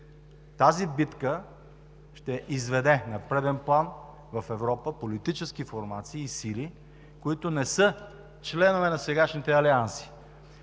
Тази битка ще изведе на преден план в Европа политически формации и сили, които не са членове на сегашните алианси.